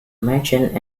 merchant